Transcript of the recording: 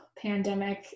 pandemic